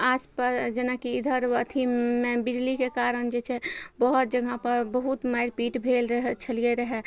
आसपास जेनाकि इधर अथीमे बिजलीके कारण जे छै बहुत जगहपर बहुत मारि पीट भेल छलियै रहय